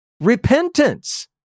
Repentance